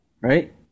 right